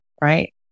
right